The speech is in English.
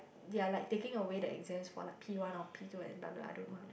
they're like taking away the exams for like P-one or P-two and blah blah I don't know ah